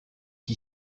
qui